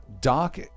dock